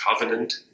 covenant